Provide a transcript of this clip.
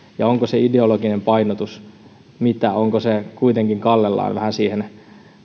ja mitä se ideologinen painotus on onko se kuitenkin kallellaan vähän siihen